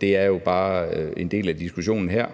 Det er jo bare en del af diskussionen her.